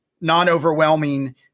non-overwhelming